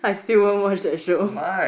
still won't watch that show